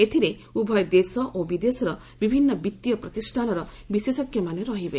ଏଥିରେ ଉଭୟ ଦେଶ ଓ ବିଦେଶର ବିଭିନ୍ନ ବିତ୍ତୀୟ ପ୍ରତିଷ୍ଠାନର ବିଶେଷଜ୍ଞମାନେ ରହିବେ